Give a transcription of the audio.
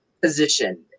position